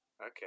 Okay